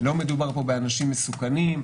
לא מדובר פה באנשים מסוכנים.